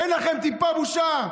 אין לכם טיפה בושה?